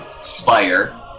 spire